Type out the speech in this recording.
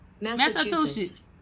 Massachusetts